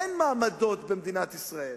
אין מעמדות במדינת ישראל